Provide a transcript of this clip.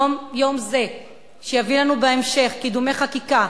יום זה יביא לנו בהמשך קידומי חקיקה,